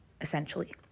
essentially